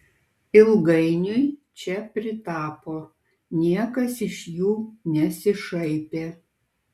ilgainiui čia pritapo niekas iš jų nesišaipė